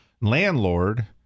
Landlord